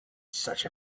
such